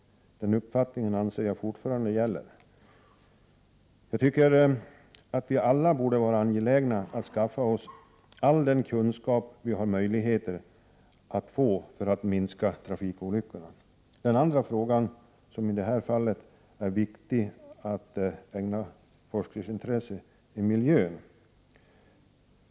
Den uppfattningen anser jag fortfarande gäller. Jag tycker att vi alla borde vara angelägna att skaffa oss all den kunskap som vi har möjligheter att få för att minska trafikolyckorna. Den andra frågan, som i det här fallet är viktig att ägna forskningsintresse, rör miljön.